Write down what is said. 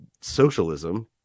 socialism